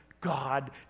God